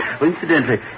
incidentally